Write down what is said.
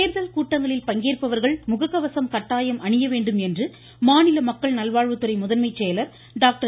தேர்தல் கூட்டங்களில் பங்கேற்பவர்கள் முக கவசம் கட்டாயம் அணிய வேண்டும் என்று மாநில மக்கள் நல்வாழ்வுத்துறை முதன்மை செயலர் டாக்டர்